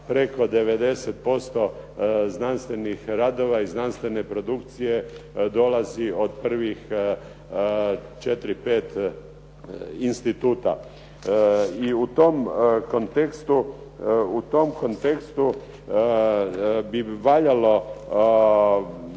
preko 90% znanstvenih radova i znanstvene produkcije dolazi od prvih četiri, pet instituta. U tom kontekstu bi valjalo